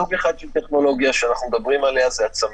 סוג אחד של טכנולוגיה שאנחנו מדברים עליה זה הצמיד.